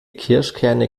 kirschkerne